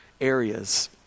areas